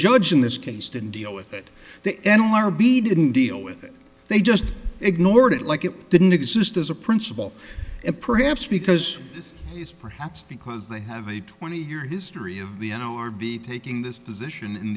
judge in this case didn't deal with it the n l r b didn't deal with it they just ignored it like it didn't exist as a principle and perhaps because this is perhaps because they have a twenty year history of the n r b taking this position in